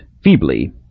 feebly